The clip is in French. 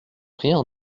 rien